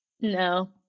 No